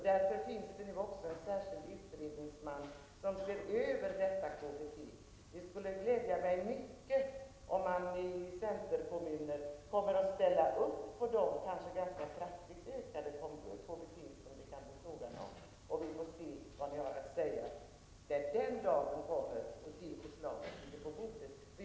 Därför finns det nu en särskild utredningsman som ser över KBT. Det skulle glädja mig mycket om man i centerkommuner kommer att ställa upp på de kraftigt ökade KBT som det kan bli fråga om. Vi får se vad centern har att säga när den dagen kommer då ett förslag har lagts fram.